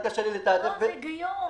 לא, היגיון.